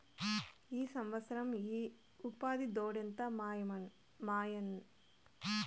ఈ సంవత్సరం ఉపాధి దొడ్డెంత మాయన్న సేద్యంలో పెట్టుబడి పెట్టినాడు